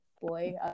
boy